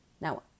Now